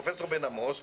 פרופ' בן-עמוס,